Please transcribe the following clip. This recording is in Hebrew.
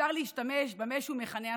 מותר להשתמש במה שהוא מכנה הסתה,